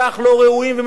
משיחיים,